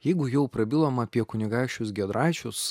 jeigu jau prabilom apie kunigaikščius giedraičius